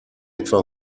etwa